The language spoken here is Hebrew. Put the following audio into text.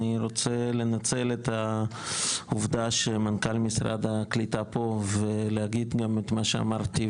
אני רוצה לנצל את העובדה שמנכ"ל משרד הקליטה פה ולהגיד גם את מה שאמרתי,